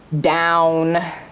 down